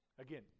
Again